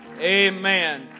Amen